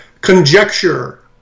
conjecture